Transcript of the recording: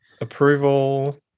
approval